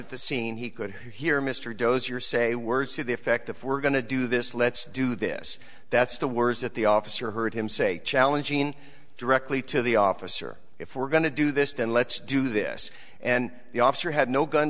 at the scene he could hear mr dozier say words to the effect of we're going to do this let's do this that's the words that the officer heard him say challenging directly to the officer if we're going to do this and let's do this and the officer had no gun